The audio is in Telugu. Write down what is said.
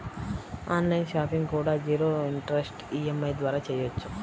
ఆన్ లైన్ షాపింగ్ కూడా జీరో ఇంటరెస్ట్ ఈఎంఐ ద్వారా చెయ్యొచ్చు